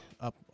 up